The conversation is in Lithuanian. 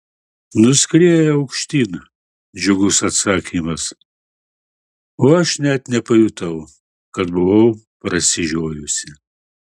nuskrieja aukštyn džiugus atsakymas o aš net nepajutau kad buvau prasižiojusi